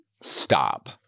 Stop